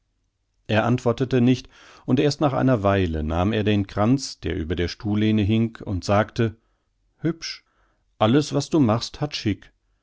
er antwortete nicht und erst nach einer weile nahm er den kranz der über der stuhllehne hing und sagte hübsch alles was du machst